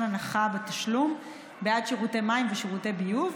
הנחה בתשלום בעד שירותי מים ושירותי ביוב,